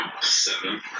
Seven